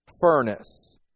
furnace